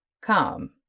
Come